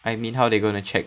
I mean how they gonna check